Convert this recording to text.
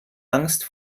angst